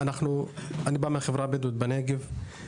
אני בא מהחברה הבדואית בנגב.